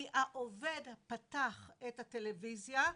כי העובד פתח את הטלוויזיה,